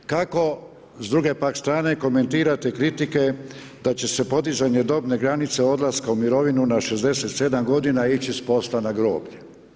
Kako s druge pak strane komentirate kritike da će podizanje dobne granice odlaska u mirovinu na 67 godina ići s posla na groblje?